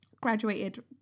graduated